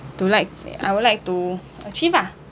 to like I would like to achieve ah